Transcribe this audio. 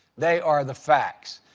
they are the facts.